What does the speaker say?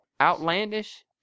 outlandish